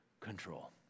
control